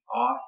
off